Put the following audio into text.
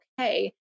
okay